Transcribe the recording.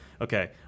okay